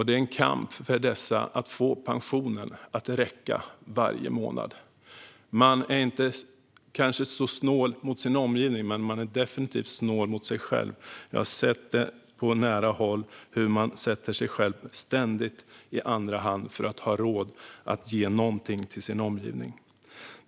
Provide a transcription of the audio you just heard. Det är en kamp för dem varje månad att få pensionen att räcka. De kanske inte är så snåla mot sin omgivning, men de är definitivt snåla mot sig själva. Jag har sett på nära håll hur dessa människor ständigt sätter sig själva i andra hand för att ha råd att ge någonting till sin omgivning.